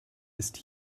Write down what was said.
ist